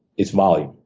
it's volume.